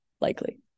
Likely